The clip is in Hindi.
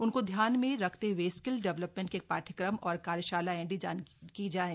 उनको ध्यान में रखते हए स्किल डेवलेपर्मेट के पाठ्यक्रम और कार्यशालाएं डिजाइन की जाएं